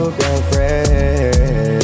girlfriend